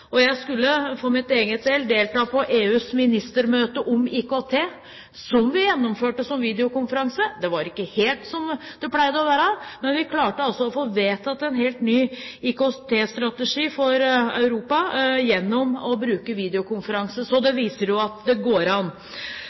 Jeg skulle for min egen del delta på EUs ministermøte om IKT, som vi gjennomførte som videokonferanse. Det var ikke helt som det pleide å være, men vi klarte å få vedtatt en helt ny IKT-strategi for Europa gjennom å bruke videokonferanse. Det viser at det går an.